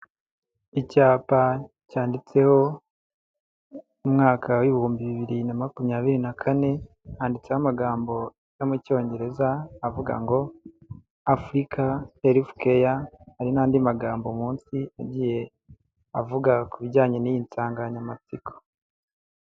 Icyapa cyanditseho umwaka w'ibihumbi bibiri na makumyabiri na kane, handitseho amagambo yo mu cyongereza avuga ngo Africa health care, hari n'andi magambo munsi agiye avuga ku bijyanye n'iyi nsanganyamatsiko.